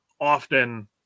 often